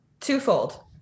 twofold